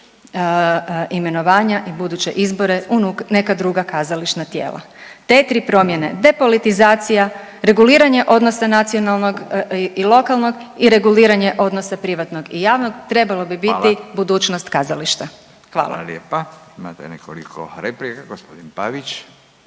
imenovanja i buduće izbore u neka druga kazališna tijela. Te tri promjene depolitizacija, reguliranje odnosa nacionalnog i lokalnog i reguliranje odnosa privatnog i javnog trebalo bi biti…/Upadica Radin: Hvala/… budućnost kazališta. Hvala. **Radin, Furio